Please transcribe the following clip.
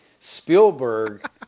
Spielberg